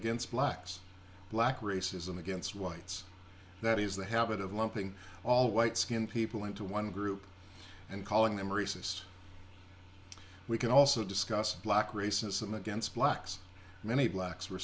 against blacks black racism against whites that is the habit of lumping all white skinned people into one group and calling them rhesus we can also discuss black racism against blacks many blacks were